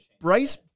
Bryce